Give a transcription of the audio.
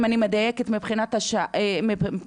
אם אני מדייקת מבחינת השנה,